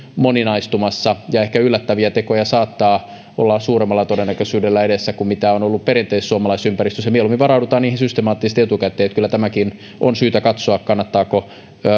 moninaistumassa ja ehkä yllättäviä tekoja saattaa olla suuremmalla todennäköisyydellä edessä kuin mitä on ollut perinteisessä suomalaisessa ympäristössä mieluummin varaudutaan niihin systemaattisesti etukäteen niin että kyllä tämäkin on syytä katsoa kannattaako